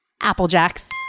Applejack's